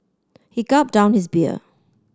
he gulped down his beer